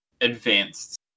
advanced